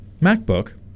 MacBook